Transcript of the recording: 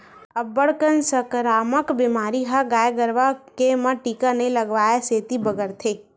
अब्बड़ कन संकरामक बेमारी ह गाय गरुवा के म टीका नइ लगवाए के सेती बगरथे